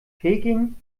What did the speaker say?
peking